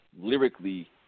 lyrically